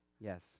Yes